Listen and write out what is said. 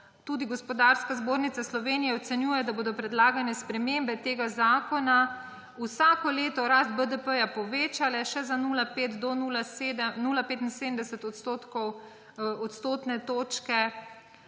Tudi Gospodarska zbornica Slovenije ocenjuje, da bodo predlagane spremembe tega zakona vsako leto rast BDP povečale za 0,5 do 0,75 odstotne točke.